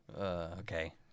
Okay